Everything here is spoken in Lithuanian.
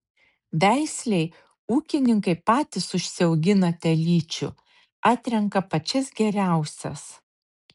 veislei ūkininkai patys užsiaugina telyčių atrenka pačias geriausias